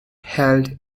held